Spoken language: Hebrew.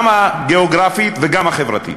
גם הגיאוגרפית וגם החברתית.